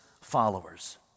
followers